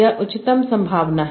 यह उच्चतम संभावना है